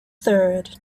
third